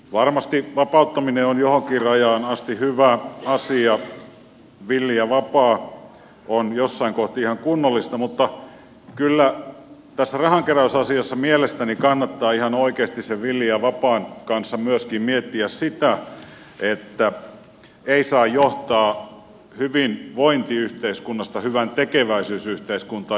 varmasti vapauttaminen on johonkin rajaan asti hyvä asia villi ja vapaa on jossain kohtaa ihan kunnollista mutta kyllä tässä rahankeräysasiassa mielestäni kannattaa ihan oikeasti sen villin ja vapaan kanssa myöskin miettiä sitä että ei saa johtaa hyvinvointiyhteis kunnasta hyväntekeväisyysyhteiskuntaa